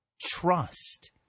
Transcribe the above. Trust